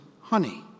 honey